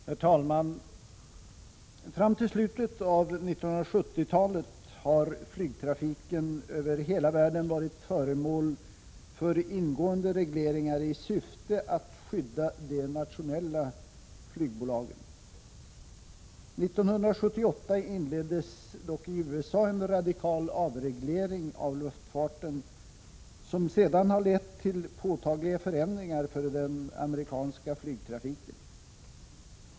Herr talman! Fram till slutet av 1970-talet har flygtrafiken över hela världen varit föremål för ingående regleringar i syfte att skydda de nationella flygbolagen. 1978 inleddes dock i USA en radikal avreglering av luftfarten, som sedan har lett till påtagliga förändringar för den amerikanska flygtrafiken.